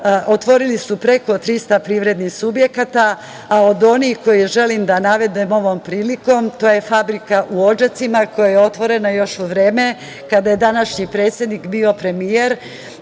otvorili su preko 300 privrednih subjekata, a od onih koje želim da navedem ovom prilikom to je fabrika u Odžacima koja je otvorena još u vreme kada je današnji predsednik bio premijer